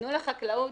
תנו לחקלאות